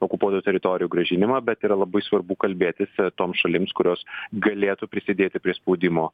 okupuotų teritorijų grąžinimą bet yra labai svarbu kalbėtis toms šalims kurios galėtų prisidėti prie spaudimo